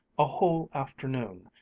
a whole afternoon,